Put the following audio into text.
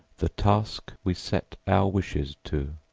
the task we set our wishes to.